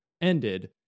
ended